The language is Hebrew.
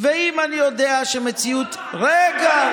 ואם אני יודע שמציאות, רגע,